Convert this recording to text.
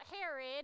Herod